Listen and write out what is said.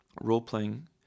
role-playing